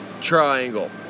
triangle